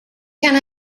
can